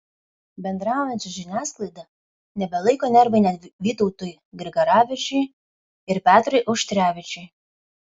bendraujant su žiniasklaida nebelaiko nervai net vytautui grigaravičiui ir petrui auštrevičiui